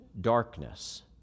darkness